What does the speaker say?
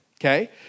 okay